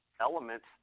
elements